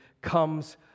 comes